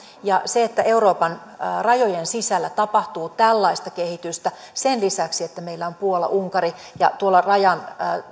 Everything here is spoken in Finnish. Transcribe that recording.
kun euroopan rajojen sisällä tapahtuu tällaista kehitystä sen lisäksi että meillä on puola unkari ja tuolla rajan